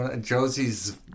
Josie's